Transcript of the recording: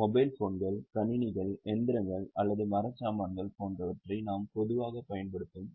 mobile போன்கள் கணினிகள் இயந்திரங்கள் அல்லது மரச்சாமான்கள் போன்றவற்றை நாம் பொதுவாகப் பயன்படுத்தும்